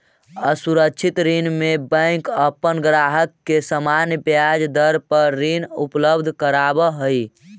असुरक्षित ऋण में बैंक अपन ग्राहक के सामान्य ब्याज दर पर ऋण उपलब्ध करावऽ हइ